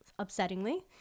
upsettingly